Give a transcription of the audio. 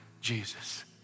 Jesus